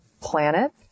planet